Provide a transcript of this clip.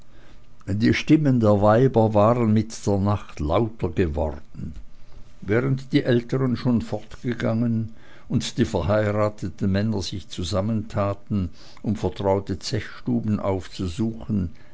die stimmen der weiber waren mit der nacht lauter geworden während die älteren schon fortgegangen und die verheirateten männer sich zusammentaten um vertraute zechstuben aufzusuchen